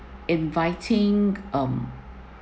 inviting um